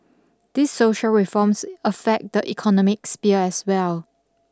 these social reforms affect the economic sphere as well